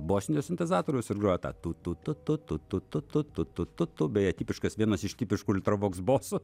bosinio sintezatoriaus ir groja tą tu tu tu tu tu tu tu tu tu tu tu tu beje tipiškas vienas iš tipiškų ultra voks bosų